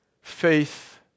Faith